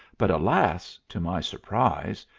but alas, to my surprise,